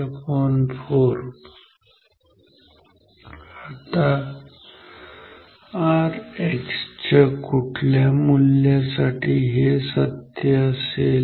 आता Rx च्या कुठल्या मूल्यासाठी हे सत्य असेल